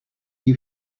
you